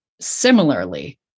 similarly